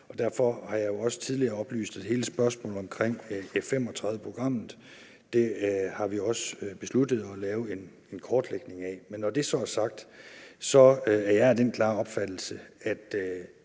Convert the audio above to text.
Derfor har jeg også tidligere oplyst, at hele spørgsmålet omkring F-35-programmet har vi besluttet at lave en kortlægning af. Men når det så er sagt, er jeg af den klare opfattelse,